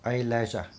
eyelash ah